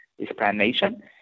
explanation